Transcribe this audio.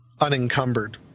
unencumbered